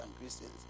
Christians